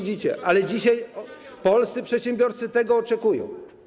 Dzisiaj polscy przedsiębiorcy tego oczekują.